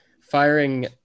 firing